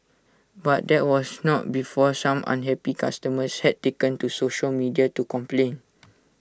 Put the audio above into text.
but that was not before some unhappy customers had taken to social media to complain